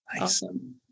Awesome